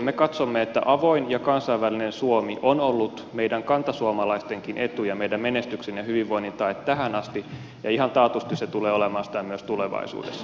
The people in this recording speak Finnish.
me katsomme että avoin ja kansainvälinen suomi on ollut meidän kantasuomalaistenkin etu ja meidän menestyksen ja hyvinvoinnin tae tähän asti ja ihan taatusti se tulee olemaan sitä myös tulevaisuudessa